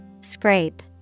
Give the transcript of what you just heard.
Scrape